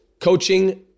coaching